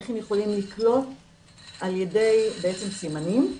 איך הם יכולים לקלוט על ידי בעצם סימנים.